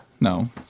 No